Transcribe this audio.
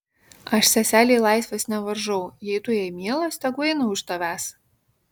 aš seselei laisvės nevaržau jei tu jai mielas tegu eina už tavęs